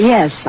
Yes